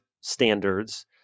standards